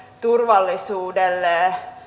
turvallisuudelle